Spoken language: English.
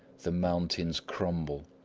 the mountains crumble,